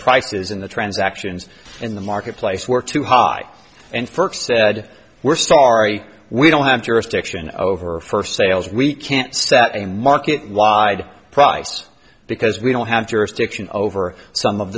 prices in the transactions in the marketplace were too high and first said we're sorry we don't have jurisdiction over first sales we can't set a market wide price because we don't have jurisdiction over some of